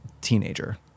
teenager